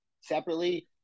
separately